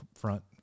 front